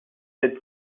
cette